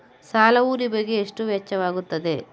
ಸಾಲವು ನಿಮಗೆ ಎಷ್ಟು ವೆಚ್ಚವಾಗುತ್ತದೆ?